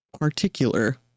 particular